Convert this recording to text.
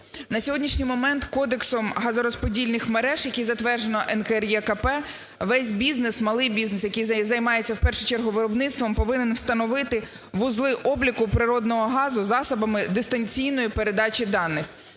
На сьогоднішній момент Кодексом газорозподільних мереж, який затверджено НКРЕКП, весь бізнес, малий бізнес, який займається в першу чергу виробництвом, повинен встановити вузли обліку природного газу засобами дистанційної передачі даних,